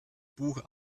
buch